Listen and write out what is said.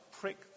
prick